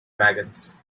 dragons